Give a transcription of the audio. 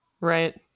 Right